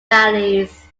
valleys